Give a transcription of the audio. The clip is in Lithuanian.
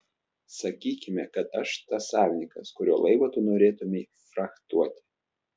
sakykime kad aš tas savininkas kurio laivą tu norėtumei frachtuoti